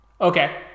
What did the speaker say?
Okay